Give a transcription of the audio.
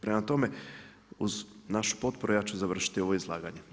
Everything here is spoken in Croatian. Prema tome, uz našu potporu ja ću završiti ovo izlaganje.